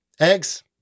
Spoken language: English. Eggs